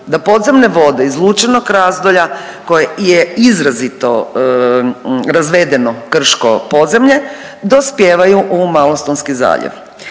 da podzemne vode iz Lučinog Razdolja koje je izrazito razvedeno krško podzemlje, dospijevaju u Malostonski zaljev.